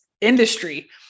industry